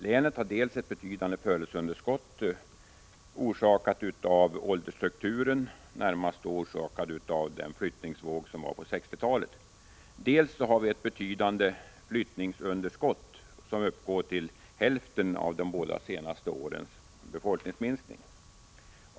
Länet har dels ett betydande födelseunderskott, närmast orsakat av 1960-talets flyttningsvågor, dels ett betydande flyttningsunderskott, som svarar för hälften av de båda senaste årens stora befolkningsminskning.